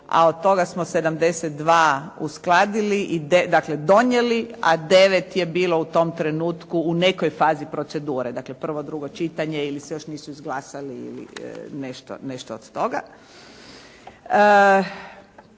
a od toga smo 72 uskladili, dakle donijeli a 9 je bilo u tom trenutku u nekoj fazi procedure. Dakle, prvo, drugo čitanje ili se još nisu izglasali ili nešto od toga.